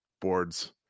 boards